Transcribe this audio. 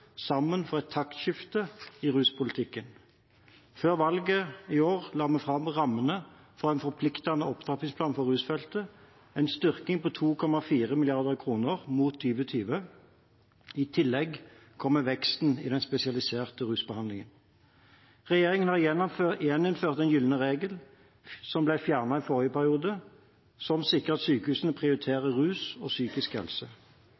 sammen for et taktskifte i ruspolitikken. Før valget la vi fram rammene for en forpliktende opptrappingsplan for rusfeltet – en styrking på 2,4 mrd. kr mot 2020. I tillegg kommer veksten i den spesialiserte rusbehandlingen. Regjeringen har gjeninnført den gylne regel, som ble fjernet i forrige periode, som sikrer at sykehusene prioriterer rus og psykisk helse.